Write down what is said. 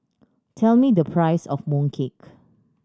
tell me the price of mooncake